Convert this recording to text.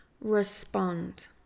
respond